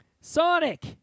sonic